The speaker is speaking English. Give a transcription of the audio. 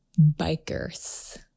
bikers